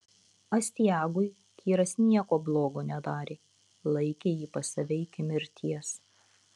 astiagui kyras nieko blogo nedarė laikė jį pas save iki mirties